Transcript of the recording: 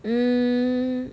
um